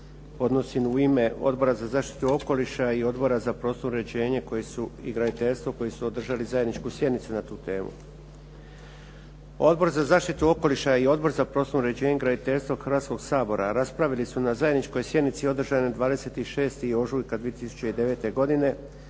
podnosim u ime Odbora za zaštitu okoliša i Odbora za prostorno uređenje i graditeljstvo koji su održali zajednicu sjednicu na tu temu. Odbor za zaštitu okoliša i Odbor za prostorno uređenje i graditeljstvo Hrvatskoga sabora raspravili su na zajedničkoj sjednici održanoj 26. ožujka 2009. godine